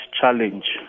challenge